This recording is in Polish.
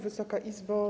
Wysoka Izbo!